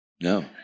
No